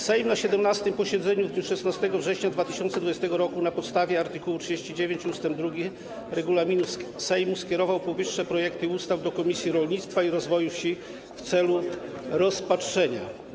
Sejm na 17. posiedzeniu w dniu 16 września 2020 r. na podstawie art. 39 ust. 2 regulaminu Sejmu skierował powyższe projekty ustaw do Komisji Rolnictwa i Rozwoju Wsi w celu rozpatrzenia.